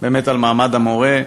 על מעמד המורה,